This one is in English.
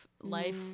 life